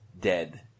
dead